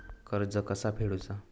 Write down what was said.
कर्ज कसा फेडुचा?